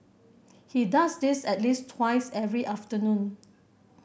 he does this at least twice every afternoon